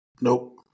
Nope